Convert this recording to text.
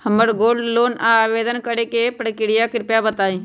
हमरा gold loan ला आवेदन करे के प्रक्रिया कृपया बताई